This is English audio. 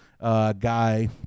guy